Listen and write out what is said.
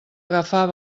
agafar